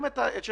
הם את שלהם